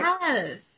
Yes